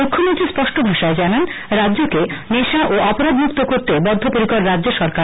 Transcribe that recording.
মুখ্যমন্ত্রী স্পষ্ট ভাষায় জানান রাজ্যকে নেশা ও অপরাধমুক্ত করতে বদ্ধপরিকর রাজ্য সরকার